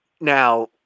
Now